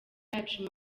yacu